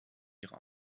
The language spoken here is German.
ihre